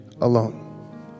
alone